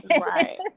right